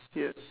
yup